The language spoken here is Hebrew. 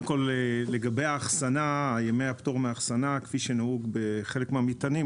לגבי ימי הפטור מהאחסנה כפי שנהוג בחלק מהמטענים,